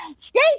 Stay